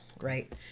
right